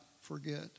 forget